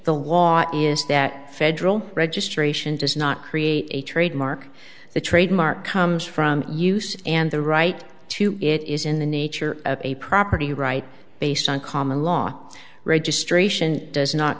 the law is that federal registration does not create a trademark the trademark comes from use and the right to it is in the nature of a property right based on common law registration does not